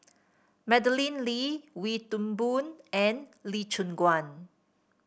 Madeleine Lee Wee Toon Boon and Lee Choon Guan